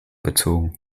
bezogen